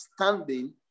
standing